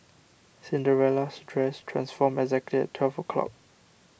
Cinderella's dress transformed exactly at twelve o' clock